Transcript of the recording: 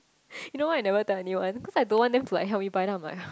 you know why I never tell anyone cause I don't want them to like help me buy then I'm like !huh!